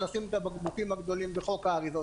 לשים את הבקבוקים הגדולים בחוק האריזות.